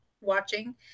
watching